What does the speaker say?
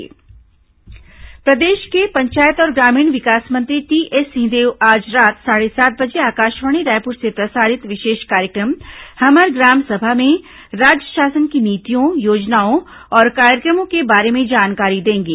हमर ग्राम सभा प्रदेश के पंचायत और ग्रामीण विकास मंत्री टीएस सिंहदेव आज रात साढ़े सात बजे आकाशवाणी रायपुर से प्रसारित विशेष कार्यक्रम हमर ग्राम सभा में राज्य शासन की नीतियों योजनाओं और कार्यक्रमों के बारे में जानकारी देंगे